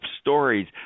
stories